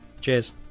Cheers